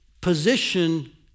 position